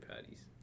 Patties